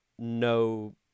no